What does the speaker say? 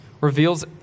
reveals